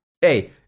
hey